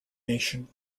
nation